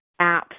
apps